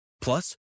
Plus